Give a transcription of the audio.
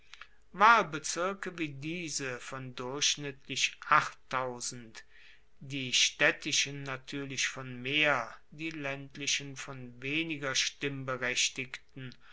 wahlbezirke wie diese von durchschnittlich die staedtischen natuerlich von mehr die laendlichen von weniger stimmberechtigten